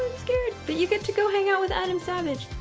scared but you get to go hang out with adam savage